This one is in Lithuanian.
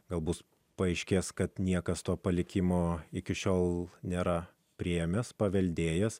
galbūt paaiškės kad niekas to palikimo iki šiol nėra priėmęs paveldėjęs